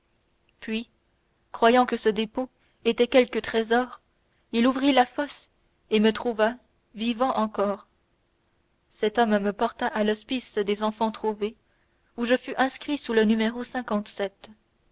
puis croyant que ce dépôt était quelque trésor il ouvrit la fosse et me trouva vivant encore cet homme me porta à l'hospice des enfants-trouvés où je fus inscrit sous le numéro